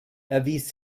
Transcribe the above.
erwies